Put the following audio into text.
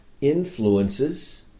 influences